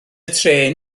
trên